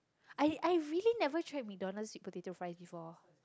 I I really never try McDonald's sweet potato fries before